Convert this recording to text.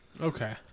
Okay